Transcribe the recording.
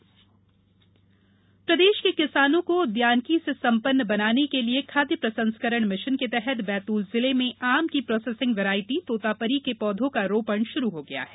तोतापरी आम प्रदेश के किसानों को उद्यानिकी से संपन्न बनाने के लिए खाद्य प्रसंस्करण मिशन के तहत बैतूल जिले में आम की प्रोसेसिंग वेराइटी तोतापरी के पौधों का रोपण शुरू हो गया है